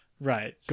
Right